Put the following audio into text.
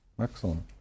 Excellent